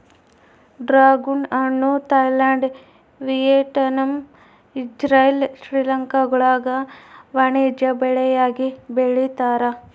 dragon ಹಣ್ಣು Thailand Vietnam Israel ಶ್ರೀಲಂಕಾಗುಳಾಗ ವಾಣಿಜ್ಯ ಬೆಳೆಯಾಗಿ ಬೆಳೀತಾರ